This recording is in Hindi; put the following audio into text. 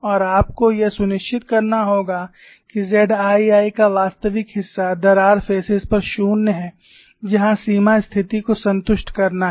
और आपको यह सुनिश्चित करना होगा कि ZII का वास्तविक हिस्सा दरार फेसेस पर 0 है जहां सीमा स्थिति को संतुष्ट करना है